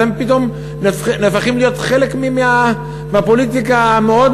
פתאום אתם הופכים להיות חלק מהפוליטיקה המאוד